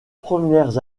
premières